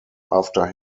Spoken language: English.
after